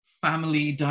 family